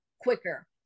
quicker